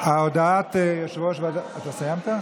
אתה סיימת?